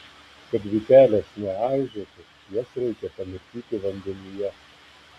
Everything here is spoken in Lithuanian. kad vytelės neaižėtų jas reikia pamirkyti vandenyje